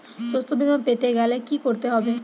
শষ্যবীমা পেতে গেলে কি করতে হবে?